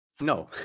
No